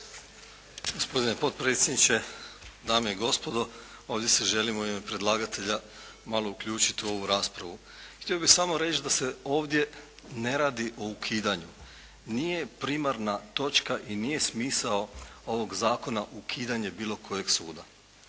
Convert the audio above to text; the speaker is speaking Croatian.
Gospodine potpredsjedniče, dame i gospodo. Ovdje se želim u ime predlagatelja malo uključiti u ovu raspravu. Htio bih samo reći da se ovdje ne radi o ukidanju. Nije primarna točka i nije smisao ovog zakona ukidanje bilo kojeg suda.